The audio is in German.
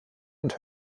und